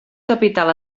capital